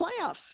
playoffs